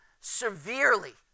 severely